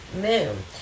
moon